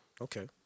Okay